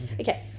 Okay